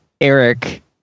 Eric